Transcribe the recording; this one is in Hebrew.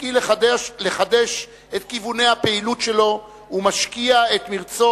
שהשכיל לחדש את כיווני הפעילות שלו ומשקיע את מרצו